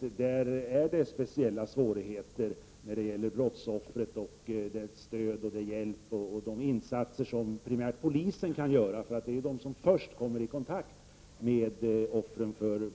Där är det speciella svårigheter då det gäller brottsoffren och det stöd, den hjälp och de insatser som polisen kan bistå med. Det är ju oftast polisen som först kommer i kontakt med offren för